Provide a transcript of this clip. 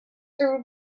through